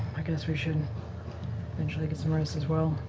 i guess we should eventually get some rest as well.